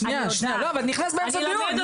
שנייה שנייה אבל נכנסת בעצם דיון,